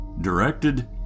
directed